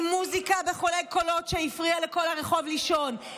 עם מוזיקה בקולי-קולות שהפריעה לכל הרחוב לישון.